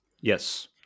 Yes